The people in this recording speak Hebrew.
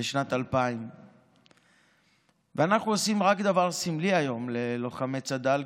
בשנת 2000. ואנחנו עושים רק דבר סמלי היום ללוחמי צד"ל,